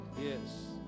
Yes